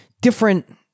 different